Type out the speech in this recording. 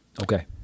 Okay